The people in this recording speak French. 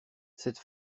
cette